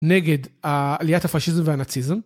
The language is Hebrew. נגד עליית הפאשיזם והנאציזם.